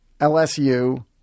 LSU